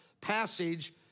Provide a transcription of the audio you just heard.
passage